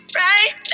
right